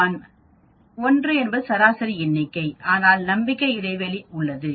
l என்பது சராசரி எண்ணிக்கை ஆனால் நம்பிக்கை இடைவெளி உள்ளது